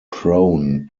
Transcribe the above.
prone